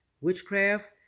witchcraft